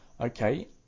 Okay